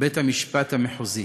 בית-המשפט המחוזי.